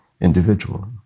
individual